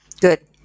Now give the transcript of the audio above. Good